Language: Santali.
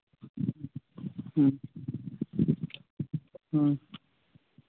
ᱦᱩᱸ ᱦᱩᱸ